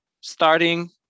starting